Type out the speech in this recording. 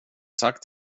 sagt